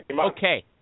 okay